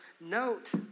note